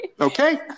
okay